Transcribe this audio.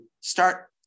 start